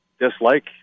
dislike